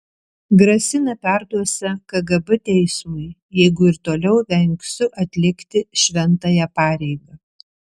grasina perduosią kgb teismui jeigu ir toliau vengsiu atlikti šventąją pareigą